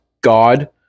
God